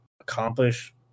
accomplish